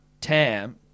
Tam